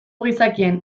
gizakien